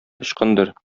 ычкындыр